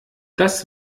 das